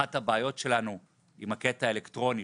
אחת הבעיות שלנו עם הקטע האלקטרוני,